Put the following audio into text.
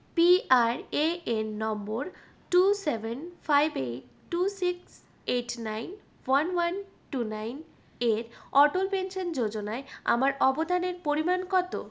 PRAN number two seven five eight two six eight nine one one two নাইনের Atal pension যোজনায় আমার অবদানের পরিমাণ কত